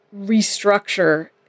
restructure